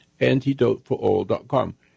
Antidoteforall.com